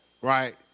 Right